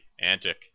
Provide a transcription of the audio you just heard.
Antic